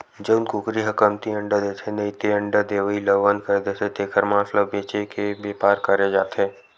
जउन कुकरी ह कमती अंडा देथे नइते अंडा देवई ल बंद कर देथे तेखर मांस ल बेचे के बेपार करे जाथे